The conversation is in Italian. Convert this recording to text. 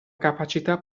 capacità